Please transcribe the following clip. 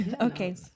Okay